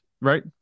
Right